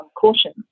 caution